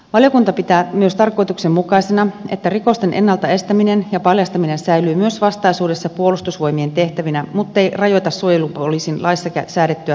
valiokunta pitää myös tarkoituksenmukaisena että rikosten ennalta estäminen ja paljastaminen säilyvät myös vastaisuudessa puolustusvoimien tehtävinä mutteivät rajoita suojelupoliisin laissa säädettyä toimivaltaa